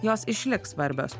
jos išliks svarbios